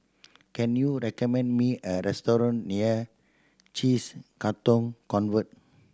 can you recommend me a restaurant near cheese Katong Convent